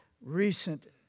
recent